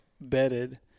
bedded